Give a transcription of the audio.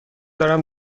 دارم